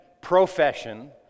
profession